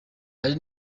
ari